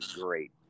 great